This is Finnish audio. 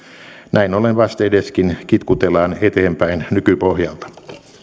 näin ollen vastedeskin kitkutellaan eteenpäin nykypohjalta